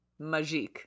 Magique